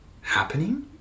happening